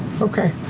okay.